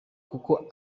kuko